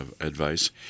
advice